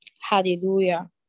Hallelujah